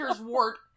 wart